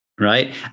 Right